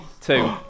two